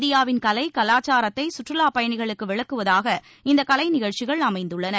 இந்தியாவின் கலை கலாச்சாரத்தை கற்றுலாப் பயணிகளுக்கு விளக்குவதாக இந்த கலை நிகழ்ச்சிகள் அமைந்துள்ளன